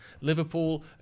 Liverpool